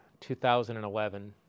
2011